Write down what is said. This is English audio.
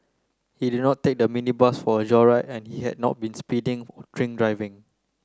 he did not take the minibus for a joyride and he had not been speeding drink driving